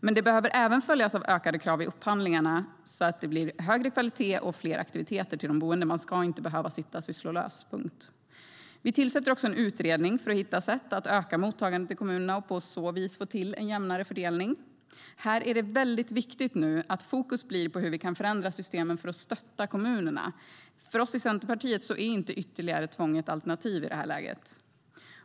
Men det behöver även följas av ökade krav i upphandlingarna så att det blir högre kvalitet och fler aktiviteter för de boende. Man ska inte behöva sitta sysslolös. Vi tillsätter också en utredning för att hitta sätt att öka mottagandet i kommunerna och på så vis få till en jämnare fördelning. Här är det väldigt viktigt att fokus blir på hur vi kan förändra systemen för att stötta kommunerna. För oss i Centerpartiet är inte ytterligare tvång ett alternativ i det här läget.